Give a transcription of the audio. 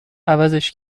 عوضش